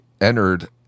entered